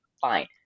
fine